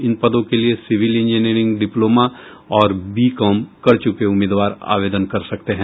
इन पदों के लिये सिविल इंजिनीयरिंग डिप्लोमा और बी कॉम कर चुके उम्मीदवार आवेदन कर सकते हैं